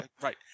right